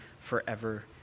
forever